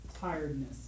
tiredness